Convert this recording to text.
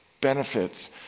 benefits